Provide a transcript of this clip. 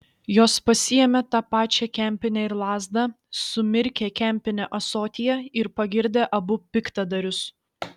jos pasiėmė tą pačią kempinę ir lazdą sumirkė kempinę ąsotyje ir pagirdė abu piktadarius